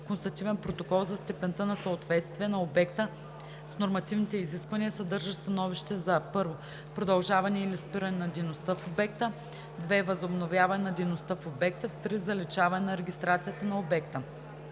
констативен протокол за степента на съответствие на обекта с нормативните изисквания, съдържащ становище за: 1. продължаване или спиране на дейността в обекта; 2. възобновяване на дейността в обекта; 3. заличаване на регистрацията на обекта.